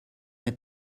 est